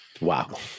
Wow